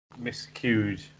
miscued